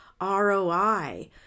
ROI